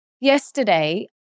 Yesterday